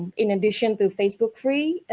in addition to facebook free,